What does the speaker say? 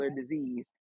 disease